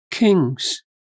Kings